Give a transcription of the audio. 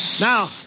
Now